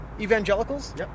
evangelicals